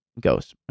goes